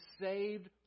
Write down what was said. saved